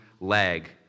leg